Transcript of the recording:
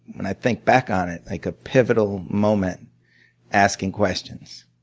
when i think back on it, like a pivotal moment asking questions.